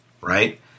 right